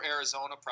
Arizona